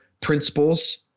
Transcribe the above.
principles